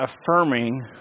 affirming